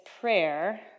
prayer